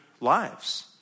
lives